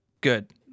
Good